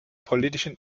politischen